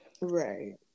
Right